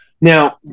Now